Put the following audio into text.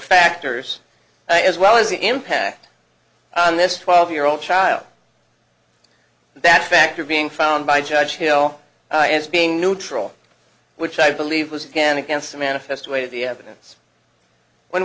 factors as well as the impact on this twelve year old child that factor being found by judge hill as being neutral which i believe was again against the manifest weight of the evidence when